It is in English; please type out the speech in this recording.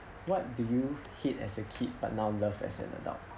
what do you hate as a kid but now love as an adult